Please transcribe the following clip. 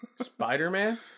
Spider-Man